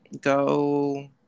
go